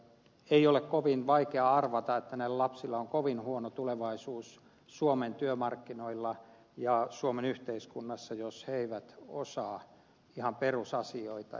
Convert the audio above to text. ei ole kovin vaikeaa arvata että näillä lapsilla on kovin huono tulevaisuus suomen työmarkkinoilla ja suomen yhteiskunnassa jos he eivät osaa ihan perusasioita